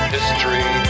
History